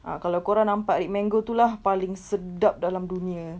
ah kalau kau orang nampak red mango itu lah mango paling sedap dalam dunia